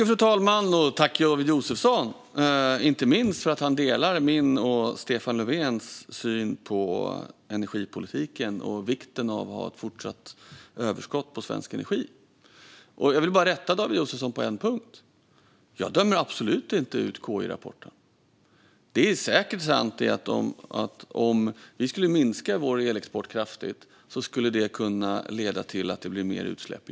Fru talman! Tack, David Josefsson, inte minst för att du delar min och Stefan Löfvens syn på energipolitiken och vikten av att ha ett fortsatt överskott på svensk energi! Jag vill bara rätta David Josefsson på en punkt. Jag dömer absolut inte ut KI-rapporten. Det är säkert sant att det skulle kunna leda till att det blir mer utsläpp i Europa om vi minskar vår elexport kraftigt.